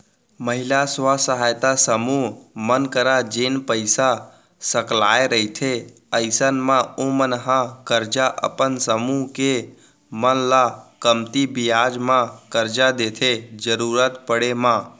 महिला स्व सहायता समूह मन करा जेन पइसा सकलाय रहिथे अइसन म ओमन ह करजा अपन समूह के मन ल कमती बियाज म करजा देथे जरुरत पड़े म